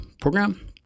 program